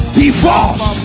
divorce